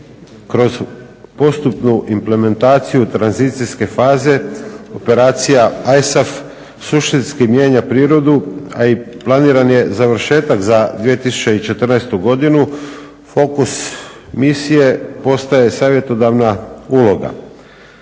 kroz postupnu implementaciju tranzicijske faze operacija ISAF suštinski mijenja prirodu, a i planiran je završetak za 2014. godinu. Fokus misije postaje savjetodavna uloga.